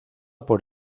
por